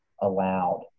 allowed